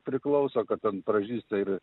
priklauso kad ten pražysta ir